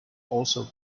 also